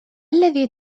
الذي